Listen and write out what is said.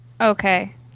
okay